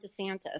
DeSantis